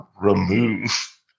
remove